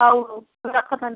ହଉ ହଉ ରଖ ତାହେଲେ